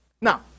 Now